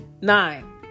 nine